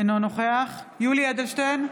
אינו נוכח יולי יואל אדלשטיין,